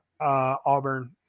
auburn